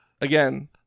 again